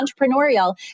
entrepreneurial